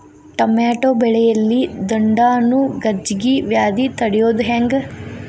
Tomato ಬೆಳೆಯಲ್ಲಿ ದುಂಡಾಣು ಗಜ್ಗಿ ವ್ಯಾಧಿ ತಡಿಯೊದ ಹೆಂಗ್?